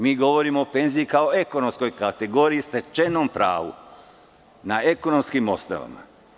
Mi govorimo o penziji kao o ekonomskoj kategoriji, stečenom pravu na ekonomskim osnovama.